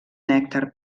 nèctar